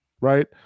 right